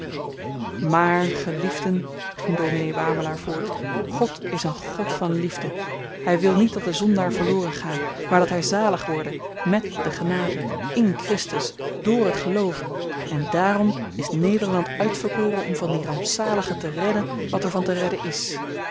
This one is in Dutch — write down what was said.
maar geliefden ging dominee wawelaar voort god is een god van liefde hy wil niet dat de zondaar verloren ga maar dat hy zalig worde met de genade in christus door het geloof en daarom is nederland uitverkoren om van die rampzaligen te redden wat er van te redden is